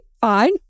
fine